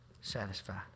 satisfy